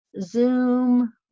Zoom